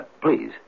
Please